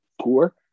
poor